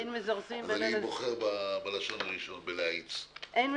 אני בוחר בראשון-ראשון להאיץ.